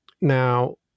Now